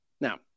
Now